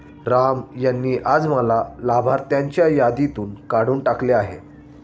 राम यांनी आज मला लाभार्थ्यांच्या यादीतून काढून टाकले आहे